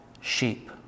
sheep